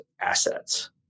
assets